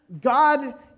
God